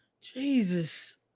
Jesus